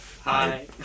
Hi